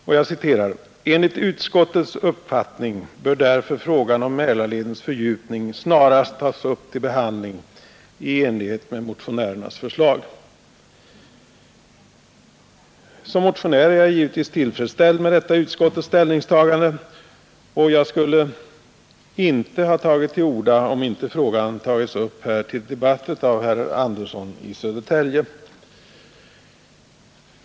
Där heter det: ”Enligt utskottets uppfattning bör därför frågan om Mälarledens fördjupning snarast tas upp till behandling i enlighet med motionärernas förslag.” Som motionär är jag givetvis tillfredsställd med detta utskottets ställningstagande, och jag skulle inte ha tagit till orda om inte frågan tagits upp till debatt av herr Andersson i Södertälje.